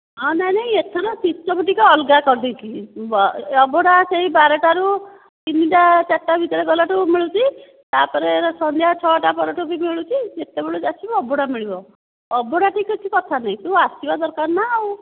ହଁ ନାଇଁ ନାଇଁ ଏଥର ସିଷ୍ଟମ ଟିକେ ଅଲଗା କରିଦେଇଛନ୍ତି ଅଭଡ଼ା ସେହି ବାରଟା ରୁ ତିନିଟା ଚାରିଟା ଭିତରେ ଗଲାଠୁ ମିଳୁଛି ତାପରେ ସନ୍ଧ୍ୟା ଛଅ ଟା ପରଠୁ ବି ମିଳୁଛି ଯେତେବେଳେ ଦେଖିବ ଅଭଡ଼ା ମିଳିବ ଅଭଡ଼ା ଠି କିଛି କଥା ନାଇଁ ତୁ ଆସିବା ଦରକାର ନା ଆଉ